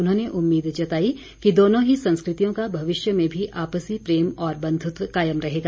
उन्होंने उम्मीद जताई कि दोनों ही संस्कृतियों का भविष्य में भी आपसी प्रेम और बंधुत्व कायम रहेगा